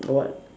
the what